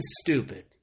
stupid